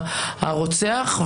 הרוצח.